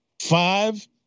Five